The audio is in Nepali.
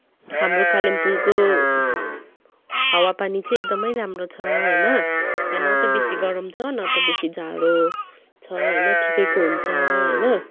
हाम्रो कालिम्पोङको हावापानी चाहिँ एकदमै राम्रो छ होइन यहाँ न त बेसी गरम छ म त बेसी जाडो छ होइन ठिकैको हुन्छ होइन